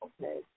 Okay